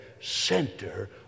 center